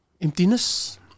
emptiness